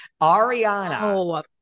Ariana